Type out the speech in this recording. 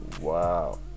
Wow